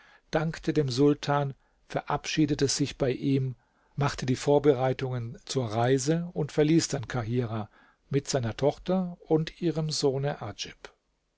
dankte dem sultan verabschiedete sich bei ihm machte die vorbereitungen zur reise und verließ dann kahirah mit seiner tochter und ihrem sohne